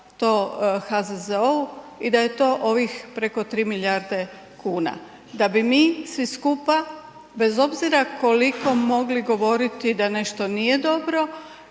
to HZZO-u i da je to ovih preko 3 milijarde kuna, da bi mi svi skupa bez obzira koliko mogli govoriti da nešto nije dobro